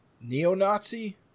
neo-nazi